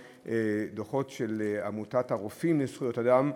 דוחות של עמותת הרופאים לזכויות אדם,